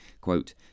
quote